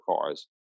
cars